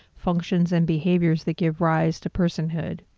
functions and behaviors that give rise to personhood,